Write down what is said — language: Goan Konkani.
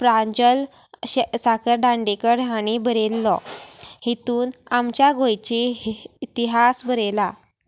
प्रांजल साकरदांडेकर हणी बरयल्लो हेतून आमच्या गोंयची इतिहास बरयला